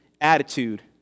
attitude